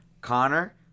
Connor